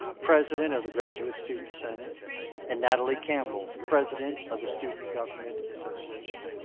president of the graduate student senate and natalie campbell, president of the student government association.